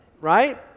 right